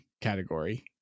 category